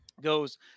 goes